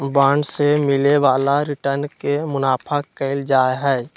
bond से मिले वाला रिटर्न के मुनाफा कहल जाहई